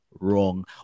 wrong